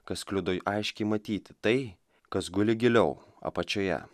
kas kliudo aiškiai matyti tai kas guli giliau apačioje